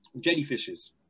jellyfishes